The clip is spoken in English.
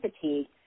fatigue